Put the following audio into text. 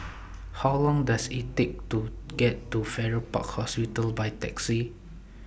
How Long Does IT Take to get to Farrer Park Hospital By Taxi